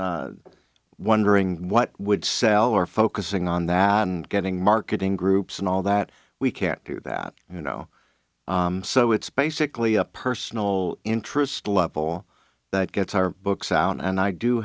wondering what would sell or focusing on that and getting marketing groups and all that we can't do that you know so it's basically a personal interest level that gets our books out and i do